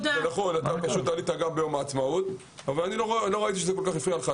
לא ראיתי שזה כל כך הפריע לך,